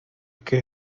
que